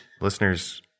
listeners